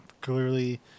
Clearly